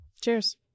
Cheers